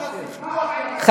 לא,